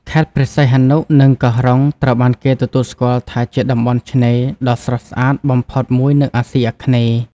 ខេត្តព្រះសីហនុ និងកោះរ៉ុង ត្រូវបានគេទទួលស្គាល់ថាជាតំបន់ឆ្នេរដ៏ស្រស់ស្អាតបំផុតមួយនៅអាស៊ីអាគ្នេយ៍។